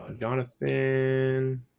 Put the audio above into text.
Jonathan